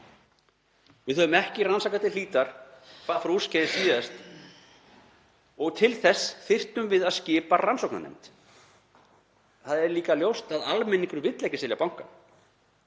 Við höfum ekki rannsakað til hlítar hvað fór úrskeiðis síðast og til þess þyrftum við að skipa rannsóknarnefnd. Það er líka ljóst að almenningur vill ekki selja bankann.